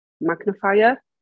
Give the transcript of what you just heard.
magnifier